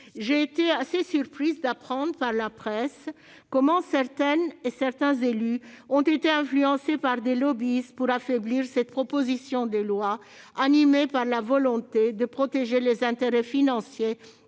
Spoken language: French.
J'ai été assez surprise d'apprendre par la presse comment certaines et certains élus ont été influencés par des lobbyistes pour affaiblir cette proposition de loi, mus par la volonté de protéger les intérêts financiers